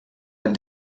ein